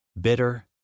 bitter